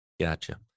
Gotcha